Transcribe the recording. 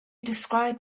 described